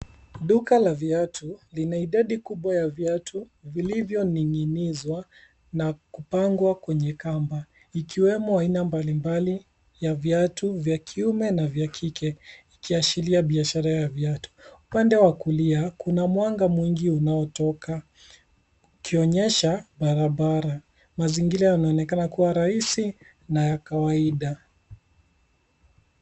Duka la viatu lina idadi kubwa ya viatu vilivyoning'inizwa na kupangwa kwenye kamba ikiwemo aina mbalimbali ya viatu vya kiume na vya kike ikiashiria biashara ya viatu. Upande wa kulia kuna mwanga mwingi unaotoka ukionyesha barabara. Mazingira yanaonekana kuwa rahisi na ya kawaida.